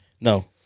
No